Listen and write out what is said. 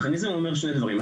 המכניזם הזה אומר שני דברים,